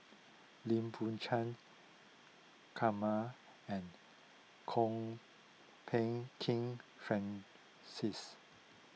Lim Biow Chuan Kumar and Kwok Peng Kin Francis